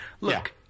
Look